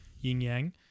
Yin-yang